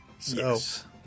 Yes